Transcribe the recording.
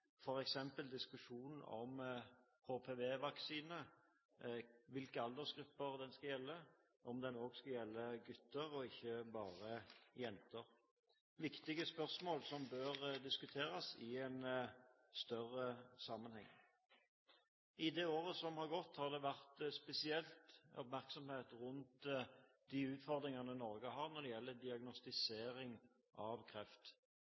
skal gjelde for, om den skal gjelde gutter og ikke bare jenter – er et viktig spørsmål, som bør diskuteres i en større sammenheng. I det året som har gått, har det vært spesiell oppmerksomhet rundt de utfordringene Norge har når det gjelder diagnostisering av kreft.